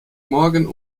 morgen